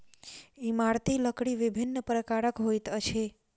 इमारती लकड़ी विभिन्न प्रकारक होइत अछि